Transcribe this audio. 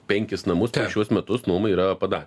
penkis namus per šiuos metus nuomai yra pada